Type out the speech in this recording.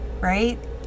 right